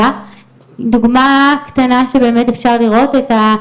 דוגמא קטנה שבאמת אפשר לראות אותה,